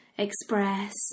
Express